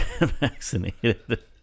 vaccinated